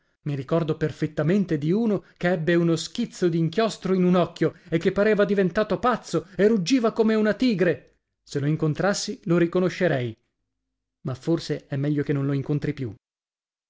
i ricordo perfettamente di uno che ebbe uno schizzo d'inchiostro in un occhio e che pareva diventato pazzo e ruggiva come una tigre se lo incontrassi lo riconoscerei ma forse è meglio che non lo incontri più